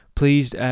Please